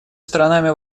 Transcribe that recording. сторонами